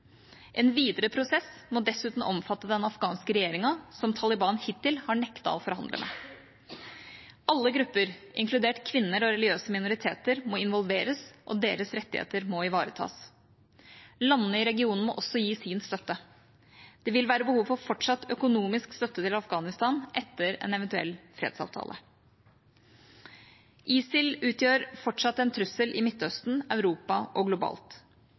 En videre prosess må dessuten omfatte den afghanske regjeringa, som Taliban hittil har nektet å forhandle med. Alle grupper, inkludert kvinner og religiøse minoriteter, må involveres, og deres rettigheter må ivaretas. Landene i regionen må også gi sin støtte. Det vil være behov for fortsatt økonomisk støtte til Afghanistan etter en eventuell fredsavtale. ISIL utgjør fortsatt en trussel i Midtøsten, Europa og globalt.